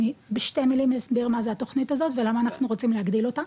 אני בשתי מילים אסביר מה זה התוכנית הזאת ולמה אנחנו רוצים להגדיל אותה.